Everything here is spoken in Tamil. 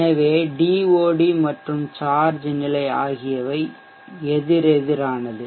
எனவே டிஓடி மற்றும் சார்ஜ் நிலை ஆகியவை எதிரெதிரானது